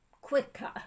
quicker